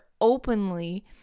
openly